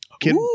kid